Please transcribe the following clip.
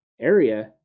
area